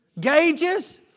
Gauges